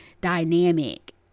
dynamic